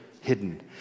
hidden